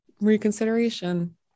reconsideration